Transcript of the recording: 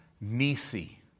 Nisi